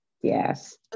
Yes